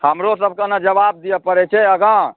हमरो सभके ने जबाब दिअऽ पड़ै छै आगाँ